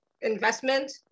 investment